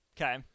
Okay